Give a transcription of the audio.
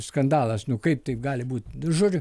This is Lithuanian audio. skandalas nu kaip tai gali būt žodžiu